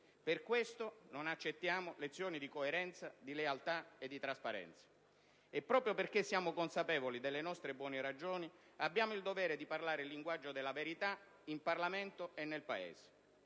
Per questo, non accettiamo lezioni di coerenza, di lealtà e di trasparenza. E proprio perché siamo consapevoli delle nostre buone ragioni, abbiamo il dovere di parlare il linguaggio della verità in Parlamento e nel Paese.